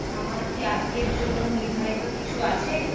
আমার কি আজকের জন্য নির্ধারিত কিছু আছে